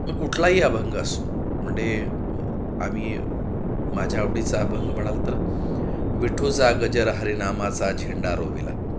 मग कुठलाही अभंग असो म्हंडे आम्ही माझ्या आवडीचा अभंग म्हणाल तर विठूचा गजर हारिनामाचा झेंडा रोविला